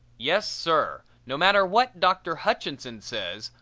yes sir, no matter what doctor hutchinson says,